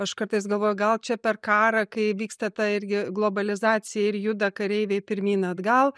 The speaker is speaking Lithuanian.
aš kartais galvoju gal čia per karą kai vyksta ta irgi globalizacija ir juda kareiviai pirmyn atgal